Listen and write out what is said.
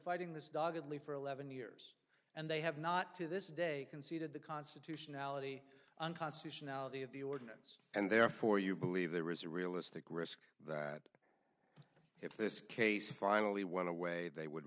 fighting this doggedly for eleven years and they have not to this day conceded the constitutionality unconstitutionality of the ordinance and therefore you believe there is a realistic risk that if this case finally one away they would